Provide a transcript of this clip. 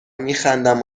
میخندم